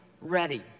ready